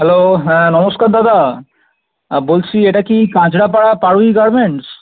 hello হ্যাঁ নমস্কার দাদা বলছি এটা কি কাঁচরাপাড়া পারুই গার্মেন্টস